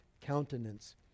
countenance